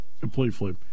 completely